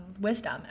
wisdom